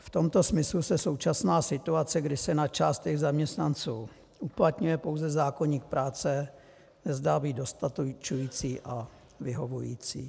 V tomto smyslu se současná situace, kdy se na část zaměstnanců uplatňuje pouze zákoník práce, nezdá být dostačující a vyhovující.